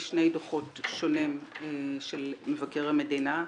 כשני דוחות שונים של מבקר המדינה.